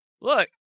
Look